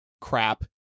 crap